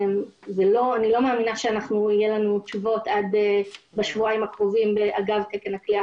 אני לא מאמינה שיהיו לנו תשובות בשבועיים הקרובים אגב תקן הכליאה